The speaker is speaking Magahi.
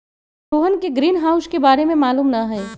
रोहन के ग्रीनहाउस के बारे में मालूम न हई